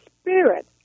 spirit